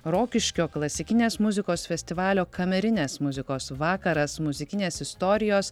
rokiškio klasikinės muzikos festivalio kamerinės muzikos vakaras muzikinės istorijos